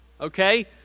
Okay